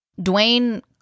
Dwayne